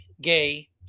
gay